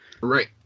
Right